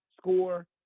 score